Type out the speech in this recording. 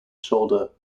shoulder